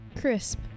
Crisp